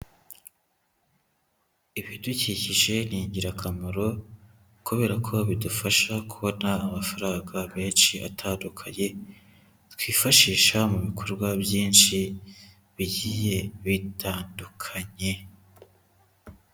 Ibidukikije ni ingirakamaro kubera ko bidufasha kubona amafaranga menshi atandukanye, twifashisha mu bikorwa byinshi bigiye bitandukanye.